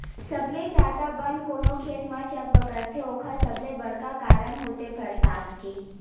सबले जादा बन कोनो खेत म जब बगरथे ओखर सबले बड़का कारन होथे बरसा के